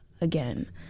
again